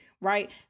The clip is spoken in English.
Right